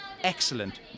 excellent